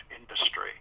industry